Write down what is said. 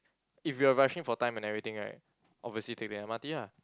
if you are rushing for time and everything right obviously take the M_R_T ah